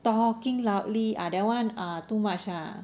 talking loudly ah that one ah too much lah